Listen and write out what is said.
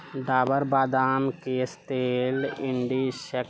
डाबर बादाम केश तेल इंडि सेक